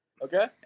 okay